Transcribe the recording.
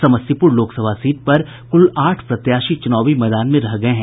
Samastipur Lok Sabha seat पर कूल आठ प्रत्याशी चूनावी मैदान में रह गये हैं